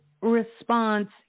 response